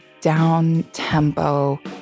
down-tempo